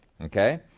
okay